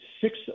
six